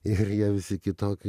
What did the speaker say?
ir jie visi kitoki